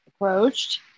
approached